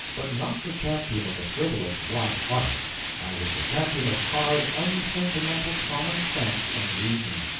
but not the champion of the frivolous black arts, i was the champion of hard unsentimental common-sense and reason.